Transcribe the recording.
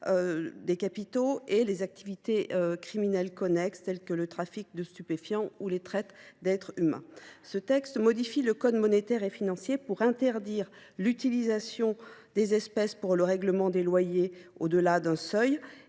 de capitaux et les activités criminelles connexes, telles que le trafic de stupéfiants ou la traite d’êtres humains. Ce texte modifie le code monétaire et financier en vue d’interdire l’utilisation des espèces pour le règlement des loyers au delà d’un seuil.